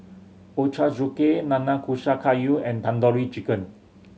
Ochazuke Nanakusa Gayu and Tandoori Chicken